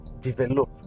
develop